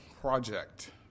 Project